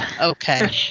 Okay